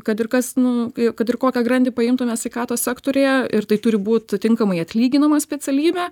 kad ir kas nu kad ir kokią grandį paimtume sveikatos sektoriuje ir tai turi būt tinkamai atlyginama specialybė